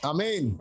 Amen